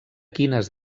quines